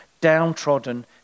downtrodden